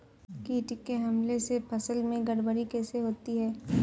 कीट के हमले से फसल में गड़बड़ी कैसे होती है?